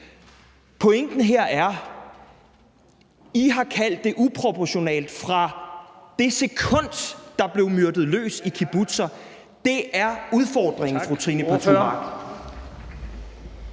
Pointen her er, at I har kaldt det uproportionalt fra det sekund, der blev myrdet løs i kibbutzer. Det er udfordringen, fru Trine Pertou